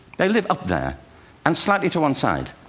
they live up there and slightly to one side.